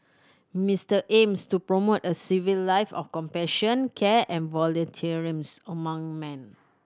Mister aims to promote a civic life of compassion care and volunteer amongst man